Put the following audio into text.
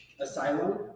asylum